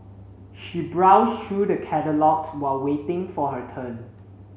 she browsed through the catalogues while waiting for her turn